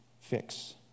fix